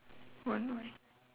one white